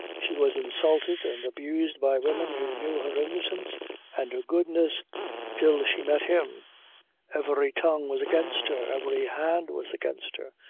she was insulted and abused by women who knew her innocence and her goodness till she met him every tongue was against her, every hand was against her,